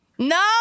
No